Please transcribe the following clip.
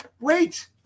wait